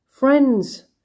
Friends